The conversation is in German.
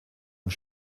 und